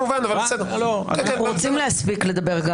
גם אנחנו רוצים להספיק לדבר.